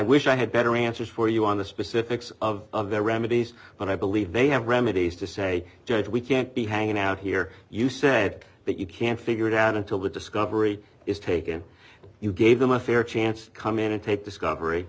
wish i had better answers for you on the specifics of remedies but i believe they have remedies to say judge we can't be hanging out here you said that you can't figure it out until the discovery is taken you gave them a fair chance to come in and take discovery